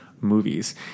movies